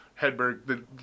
Hedberg